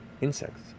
Insects